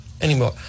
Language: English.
anymore